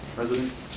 residents.